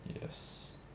Yes